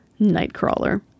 Nightcrawler